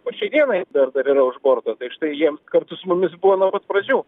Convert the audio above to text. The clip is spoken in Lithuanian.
po šiai dienai dar dar yra už borto tai štai jiem kartu su mumis buvo nuo pat pradžių